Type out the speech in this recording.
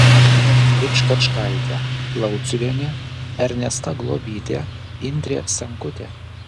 agnė vičkačkaitė lauciuvienė ernesta globytė indrė senkutė